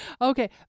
Okay